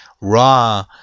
Raw